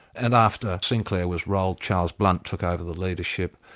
and after sinclair was rolled, charles blunt took over the leadership,